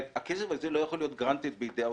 הכסף הזה לא יכול להיות granted בידי האוצר.